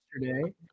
yesterday